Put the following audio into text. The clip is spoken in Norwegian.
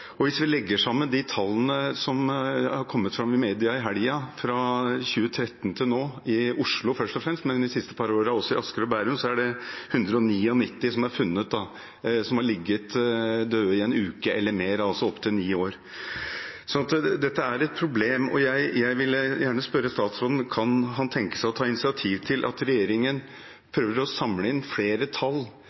Hvis vi legger sammen de tallene som har kommet fram i media i helgen, fra 2013 til nå, i Oslo først og fremst, men de siste par årene også i Asker og Bærum, er det 199 som er funnet etter å ha ligget døde i en uke eller mer – altså opptil ni år. Dette er et problem, og jeg vil gjerne spørre statsråden: Kan han tenke seg å ta initiativ til at regjeringen prøver å samle inn tall